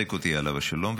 יחזק אותי -- עליו השלום.